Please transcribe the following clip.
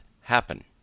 happen